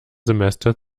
semester